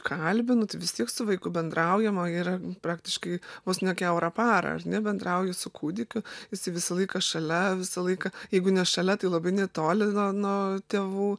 kalbinu tai vis tiek su vaiku bendraujama yra praktiškai vos ne kiaurą parą ar ne bendrauji su kūdikiu jisai visą laiką šalia visą laiką jeigu ne šalia tai labai netoli nuo tėvų